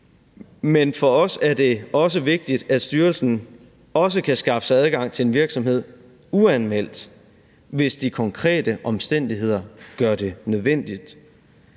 Men for os er det også vigtigt, at styrelsen også kan skaffe sig adgang til en virksomhed uanmeldt, hvis de konkrete omstændigheder gør det nødvendigt.